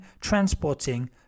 transporting